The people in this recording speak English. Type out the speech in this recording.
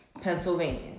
Pennsylvania